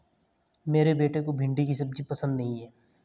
मेरे बेटे को भिंडी की सब्जी पसंद नहीं है